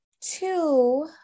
two